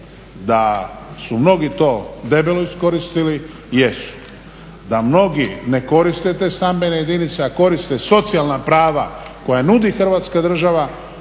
da su mnogi to debelo iskoristili jesu, da mnogi ne koriste te stambene jedinice, a koriste socijalna prava koja nudi hrvatska država